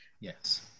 Yes